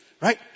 right